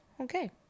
okay